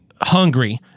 hungry